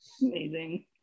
Amazing